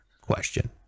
question